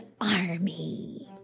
army